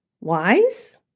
Wise